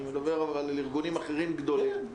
אני מדבר על ארגונים גדולים אחרים,